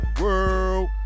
World